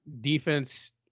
defense